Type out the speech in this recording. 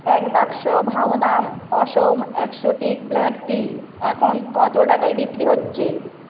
এক বাক্স Vahdam Assam exotic black tea এখন কতো টাকায় বিক্রি হচ্ছে